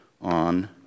on